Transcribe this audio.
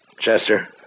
Chester